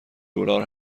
دلار